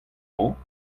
mañ